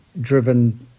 driven